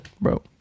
Bro